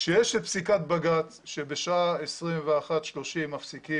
כשיש את פסיקת בג"צ שבשעה 21:30 מפסיקים